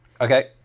Okay